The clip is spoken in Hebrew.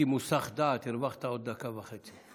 הייתי מוסח דעת, הרווחת עוד דקה וחצי.